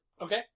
Okay